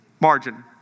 margin